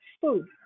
food